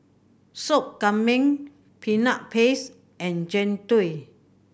Soup Kambing Peanut Paste and Jian Dui